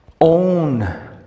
own